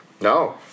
No